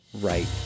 right